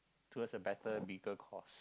towards a better bigger cause